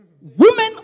Women